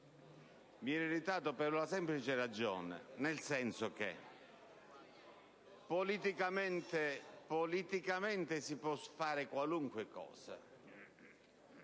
Mi ero irritato per una semplice ragione, nel senso che politicamente si può fare qualunque cosa,